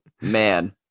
man